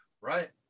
right